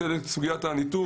זה לסוגיית הניטור.